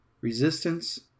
Resistance